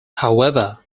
however